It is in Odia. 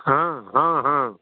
ହଁ ହଁ ହଁ